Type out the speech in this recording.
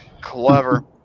Clever